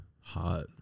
hot